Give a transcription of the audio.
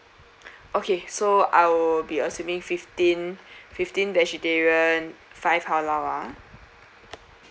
okay so I'll be assuming fifteen fifteen vegetarian five halal ah